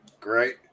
great